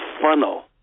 funnel